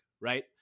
right